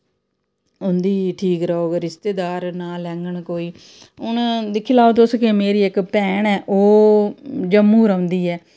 उं'दी ठीक रौह्ग रिश्तेदार नांऽ लैंगङ कोई हून दिक्खी लैओ तुस कि मेरी इक भैन ऐ ओह् जम्मू रौंह्दी ऐ